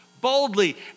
boldly